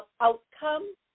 outcome